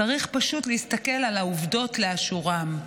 צריך פשוט להסתכל על העובדות לאשורן.